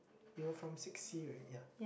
you're from six-C right ya